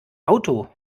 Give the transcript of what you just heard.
auto